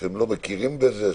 שהם לא מכירים בזה?